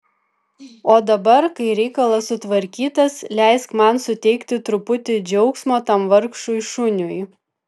o dabar kai reikalas sutvarkytas leisk man suteikti truputį džiaugsmo tam vargšui šuniui